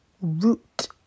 root